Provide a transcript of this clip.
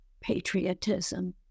patriotism